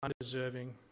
undeserving